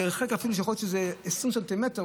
במרחק שאפילו יכול להיות אולי 20 סנטימטר,